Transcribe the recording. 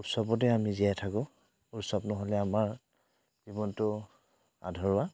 উৎসৱতে আমি জীয়াই থাকোঁ উৎসৱ নহ'লে আমাৰ জীৱনটো আধৰুৱা